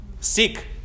Seek